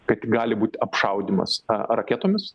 kad gali būt apšaudymas raketomis